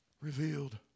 revealed